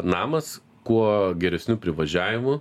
namas kuo geresniu privažiavimu